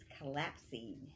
collapsing